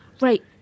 Right